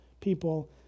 people